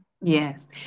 Yes